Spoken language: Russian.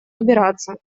убираться